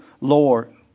Lord